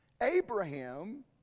Abraham